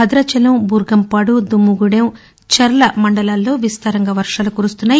భదాచలం బూర్గంపాడు దుమ్ముగూడెం చర్ల మండలాల్లో విస్తారంగా వర్వాలు కురుస్తున్నాయి